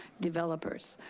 developers.